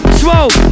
smoke